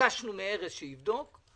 ביקשנו מארז שיבדוק,